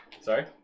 Sorry